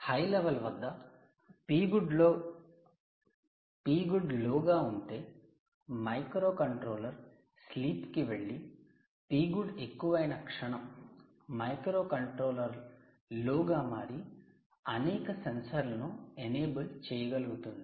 high level వద్ద 'Pgood' లో గా ఉంటే మైక్రోకంట్రోలర్ స్లీప్కి వెళ్లి 'Pgood' ఎక్కువైన క్షణం మైక్రో కంట్రోలర్ లో గా మారి అనేక సెన్సార్లను ఎనేబుల్ చేయగలుగుతుంది